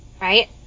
right